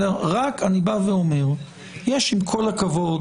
אבל עם כל הכבוד,